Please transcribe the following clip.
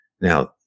now